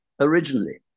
originally